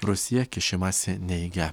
rusija kišimąsi neigia